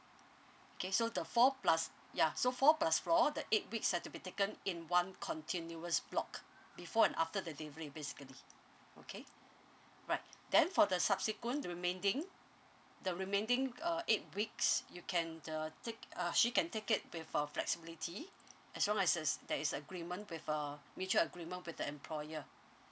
K so the four plus ya so four plus four the eight weeks had to be taken in one continuous block before and after the delivery basically okay right then for the subsequent remaining the remaining uh eight weeks you can the take uh she can take it with uh flexibility as long as it's there is agreement with uh mutual agreement with the employer